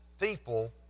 people